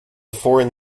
foreign